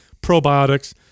probiotics